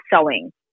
sewing